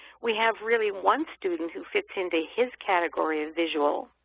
we have really one student who fits into his category of visual.